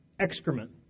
Excrement